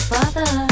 Father